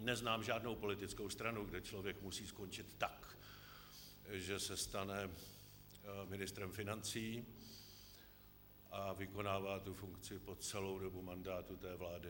Neznám žádnou politickou stranu, kde člověk musí skončit tak, že se stane ministrem financí a vykonává tu funkci po celou dobu mandátu té vlády.